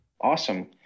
Awesome